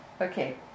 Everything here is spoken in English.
Okay